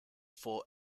four